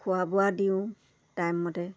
খোৱা বোৱা দিওঁ টাইম মতে